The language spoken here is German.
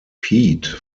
pete